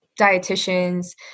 dietitians